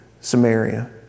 Samaria